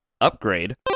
upgrade